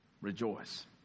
rejoice